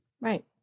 Right